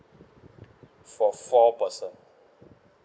for four person